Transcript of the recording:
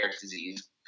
disease